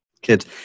kids